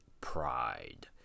pride